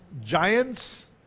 giants